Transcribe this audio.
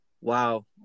Wow